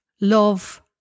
love